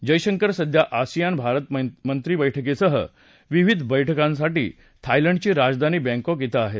जयशंकर सध्या आसीयान भारत मंत्रीबैठकीसह विविध बैठकांसाठी थायलंडची राजधानी बँकॉक इथं आहेत